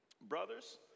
Brothers